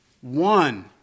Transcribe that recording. one